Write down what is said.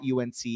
UNC